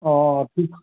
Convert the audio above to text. অঁ ঠিক